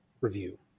review